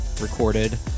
recorded